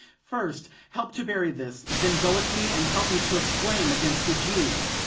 first help to bury this then go with me, and help me to exclaim against the jew.